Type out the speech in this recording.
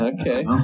Okay